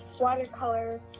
watercolor